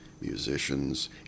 musicians